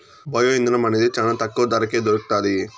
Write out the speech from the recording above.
bio ఇంధనం అనేది చానా తక్కువ ధరకే దొరుకుతాది